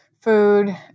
food